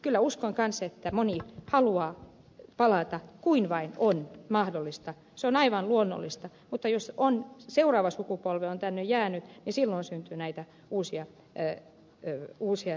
kyllä uskon myös että moni haluaa palata kun vain on mahdollista se on aivan luonnollista mutta jos seuraava sukupolvi on tänne jäänyt niin silloin syntyy näitä uusia vaikeuksia